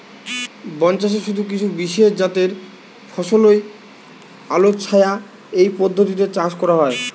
বনচাষে শুধু কিছু বিশেষজাতের ফসলই আলোছায়া এই পদ্ধতিতে চাষ করা হয়